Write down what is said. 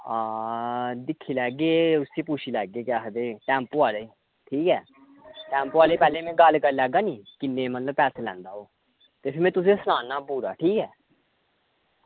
आं दिक्खी लैगे पुच्छी लैगे केह् आखदे उसी टैंपो आह्ले गी ठीक ऐ टैंपो आह्ले गी पैह्लें में गल्ल करी लैगा निं किन्ने मतलब पैसे लैंदा ओह् दिक्खो में तुसेंगी सनाना पूरा